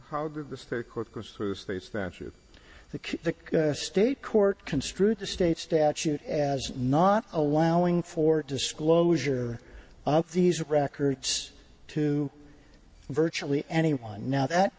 king the state court construe the state statute as not allowing for disclosure of these records to virtually anyone now that